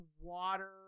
water